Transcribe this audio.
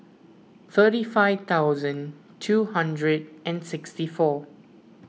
thirty five thousand two hundred and sixty four